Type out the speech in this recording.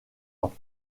ans